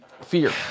Fear